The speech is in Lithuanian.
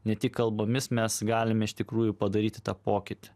ne tik kalbomis mes galime iš tikrųjų padaryti tą pokytį